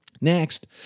Next